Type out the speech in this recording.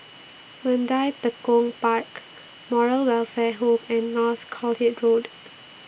Mandai Tekong Park Moral Welfare Home and Northolt Road